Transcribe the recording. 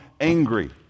angry